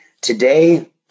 today